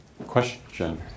question